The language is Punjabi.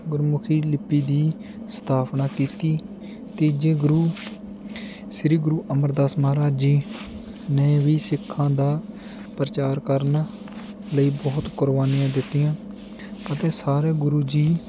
ਗੁਰਮੁਖੀ ਲਿਪੀ ਦੀ ਸਥਾਪਨਾ ਕੀਤੀ ਤੀਜੇ ਗੁਰੂ ਸ੍ਰੀ ਗੁਰੂ ਅਮਰਦਾਸ ਮਹਾਰਾਜ ਜੀ ਨੇ ਵੀ ਸਿੱਖਾਂ ਦਾ ਪ੍ਰਚਾਰ ਕਰਨ ਲਈ ਬਹੁਤ ਕੁਰਬਾਨੀਆ ਦਿੱਤੀਆਂ ਅਤੇ ਸਾਰੇ ਗੁਰੂ ਜੀ